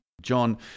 John